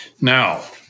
Now